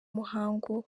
muhango